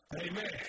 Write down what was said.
Amen